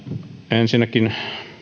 ensinnäkin